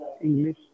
English